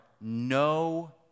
no